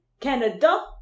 Canada